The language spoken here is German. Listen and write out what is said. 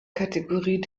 kategorie